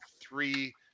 three